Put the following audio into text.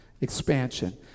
Expansion